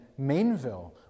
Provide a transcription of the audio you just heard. mainville